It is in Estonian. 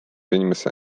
inimese